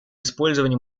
использования